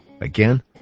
Again